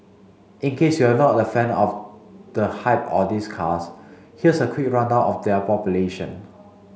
in case you're not a fan of the hype or these cars here's a quick rundown of their population